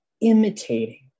imitating